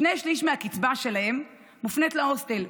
שני שלישים מהקצבה שלהם מופנית להוסטל,